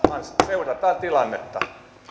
seurataan tilannetta